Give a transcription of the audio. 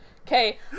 Okay